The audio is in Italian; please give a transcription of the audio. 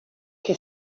che